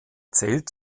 zählt